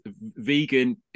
vegan